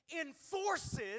enforces